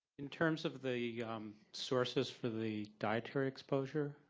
in terms of the um sources for the dietary exposure,